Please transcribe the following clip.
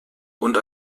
und